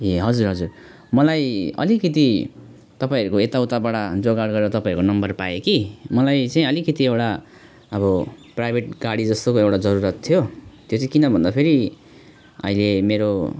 ए हजुर हजुर मलाई अलिकति तपाईँहरूको यताउताबाट जोगाड गरेर तपाईँहरूको नम्बर पाएँ कि मलाई चाहिँ अलिकति एउटा अब प्राइभेट गाडी जस्तो एउटा जरुरत थियो त्यो चाहिँ किन भन्दाखेरि अहिले मेरो